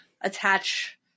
attach